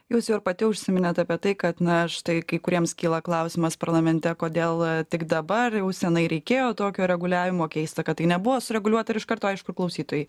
jūs jau ir pati užsiminėt apie tai kad na štai kai kuriems kyla klausimas parlamente kodėl tik dabar jau senai reikėjo tokio reguliavimo keista kad tai nebuvo sureguliuota ir iš karto aišku ir klausytojai